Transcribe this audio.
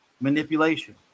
Manipulation